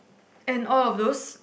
and all of those